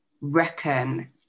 reckon